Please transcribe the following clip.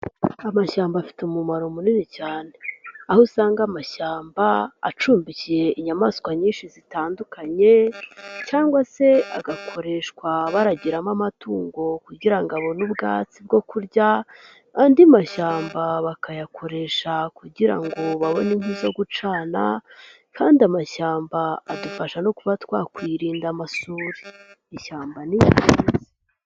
Amashyamba afite umumaro munini cyane. Aho usanga amashyamba acumbikiye inyamaswa nyinshi zitandukanye cyangwa se agakoreshwa barayagiramo amatungo kugira abone ubwatsi bwo kurya, andi mashyamba bakayakoresha kugira ngo babone inkwi zo gucana, kandi amashyamba adufasha no kuba twakwirinda amasuri. Ishyamba n'i ingenzi.